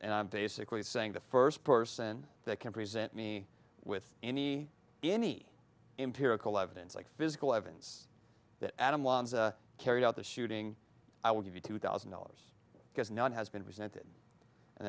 dollars basically saying the first person that can present me with any any empirical evidence like physical evidence that adam lanza carried out the shooting i would give you two thousand dollars because none has been presented and